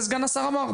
וסגן השר אמר,